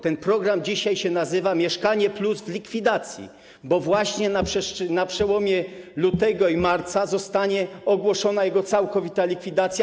Ten program dzisiaj się nazywa „Mieszkanie+ w likwidacji”, bo właśnie na przełomie lutego i marca zostanie ogłoszona jego całkowita likwidacja.